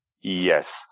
Yes